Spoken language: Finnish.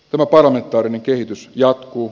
no paronittaren kehitys jatkuu